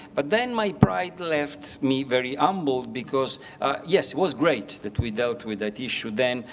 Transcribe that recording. but then my pride left me very humbled because yes, it was great that we dealt with that issue then,